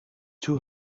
two